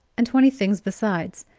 and twenty things besides,